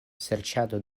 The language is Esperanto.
serĉado